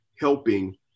helping